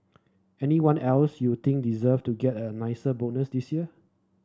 anyone else you think deserve to get a nicer bonus this year